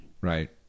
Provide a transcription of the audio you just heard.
Right